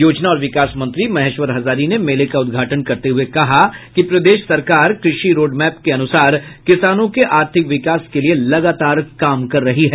योजना और विकास मंत्री महेश्वर हजारी ने मेले का उद्घाटन करते हुये कहा कि प्रदेश सरकार कृषि रोडमैप के अनुसार किसानों के आर्थिक विकास के लिये लगातार काम कर रही है